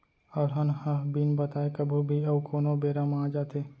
अलहन ह बिन बताए कभू भी अउ कोनों बेरा म आ जाथे